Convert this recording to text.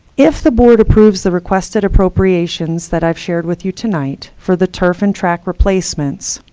if the board approves the requested appropriations that i've shared with you tonight for the turf and track replacements,